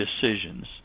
decisions